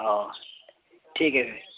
اوہ ٹھیک ہے پھر